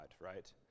right